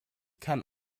kann